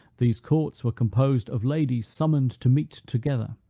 these courts were composed of ladies summoned to meet together,